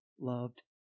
loved